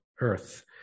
earth